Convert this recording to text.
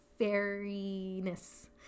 Fairiness